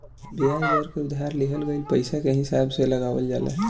बियाज दर के उधार लिहल गईल पईसा के हिसाब से लगावल जाला